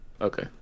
Okay